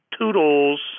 toodles